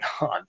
on